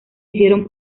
hicieron